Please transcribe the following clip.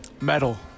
Metal